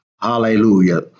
Hallelujah